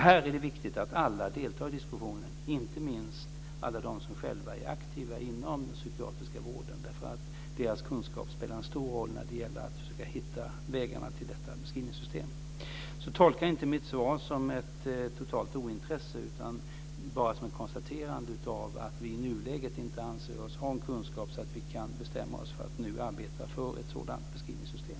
Här är det viktigt att alla deltar i diskussionen, inte minst alla de som själva är aktiva inom den psykiatriska vården därför att deras kunskaper spelar en stor roll när det gäller att försöka hitta vägarna till detta beskrivningssystem. Så tolka inte mitt svar som ett totalt ointresse utan bara som ett konstaterande att vi inte i nuläget anser oss ha sådan kunskap att vi kan bestämma oss för att arbeta för ett sådant beskrivningssystem.